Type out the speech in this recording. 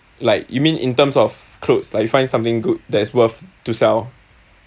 like you mean in terms of clothes like you find something good that is worth to sell